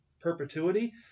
perpetuity